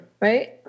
Right